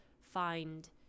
find